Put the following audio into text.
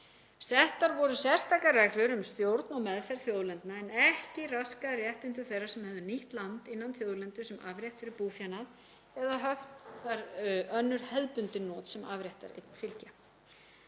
Settar voru sérstakrar reglur um stjórn og meðferð þjóðlendna en ekki raskað réttindum þeirra sem höfðu nýtt land innan þjóðlendu sem afrétt fyrir búfénað eða haft þar önnur hefðbundin not sem afréttareign fylgja.